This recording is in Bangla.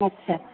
আচ্ছা